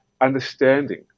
understanding